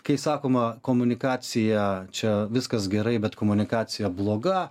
kai sakoma komunikacija čia viskas gerai bet komunikacija bloga